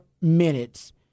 minutes